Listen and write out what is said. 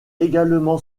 également